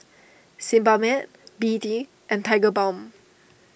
Sebamed B D and Tigerbalm